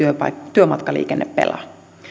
työmatkaliikenne pelaa